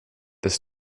this